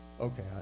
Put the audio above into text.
Okay